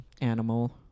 animal